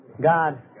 God